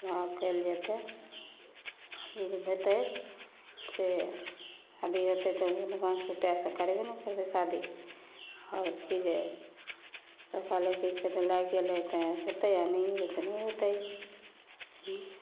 ओकरा कएल जेतै हेतै से शादी होतै तऽ करबे ने करबै शादी आओर छै जे लड़का लड़की सेट लागि गेलै तऽ होतै आओर नहि हेतै तऽ नहि होतै